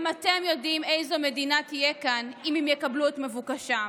גם אתם יודעים איזו מדינה תהיה כאן אם הם יקבלו את מבוקשם.